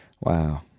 Wow